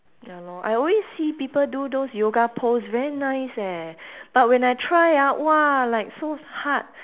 ya lor I always see people do those yoga pose very nice eh but when I try ah !wah! like so hard